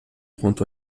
enquanto